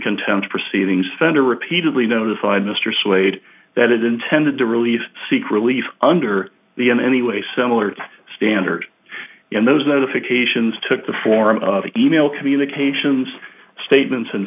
contempt proceedings fender repeatedly notified mr slade that it intended to relieve seek relief under the in any way similar to standard in those notifications took the form of an e mail communications statements and